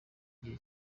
gihe